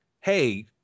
hey